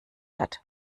hat